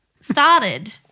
started